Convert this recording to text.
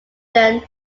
where